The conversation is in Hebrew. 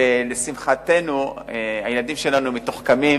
ולשמחתנו הילדים שלנו מתוחכמים